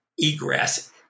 egress